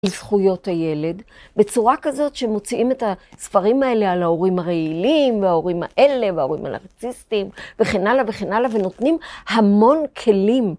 לזכויות הילד בצורה כזאת שמוציאים את הספרים האלה על ההורים הרעילים וההורים האלה וההורים הנרקסיסטים וכן הלאה וכן הלאה ונותנים המון כלים.